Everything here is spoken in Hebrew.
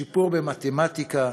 שיפור במתמטיקה,